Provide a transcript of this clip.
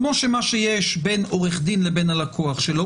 כמו שמה שיש בין עורך דין לבין הלקוח שלו,